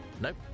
Nope